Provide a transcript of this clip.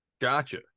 Gotcha